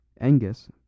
Angus